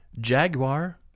Jaguar